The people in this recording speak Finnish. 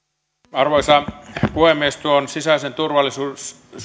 arvoisa puhemies tuon sisäisen turvallisuuden